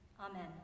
Amen